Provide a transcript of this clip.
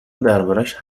دربارش